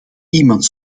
iemand